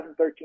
2013